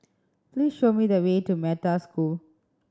please show me the way to Metta School